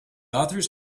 authors